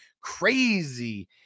Crazy